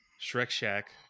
Shrek-shack